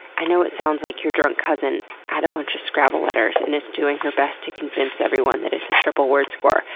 i know it sounds like your drunk cousin had a bunch of scrabble letters and is doing her best to convince everyone it's a triple word score,